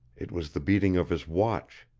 it was the beating of his watch.